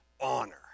honor